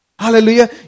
Hallelujah